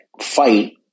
fight